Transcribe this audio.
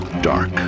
dark